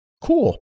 Cool